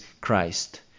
Christ